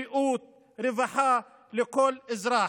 בריאות, רווחה, לכל אזרח.